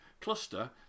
cluster